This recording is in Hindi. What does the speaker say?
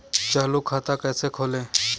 चालू खाता कैसे खोलें?